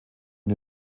und